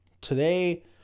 Today